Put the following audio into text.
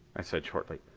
i said shortly.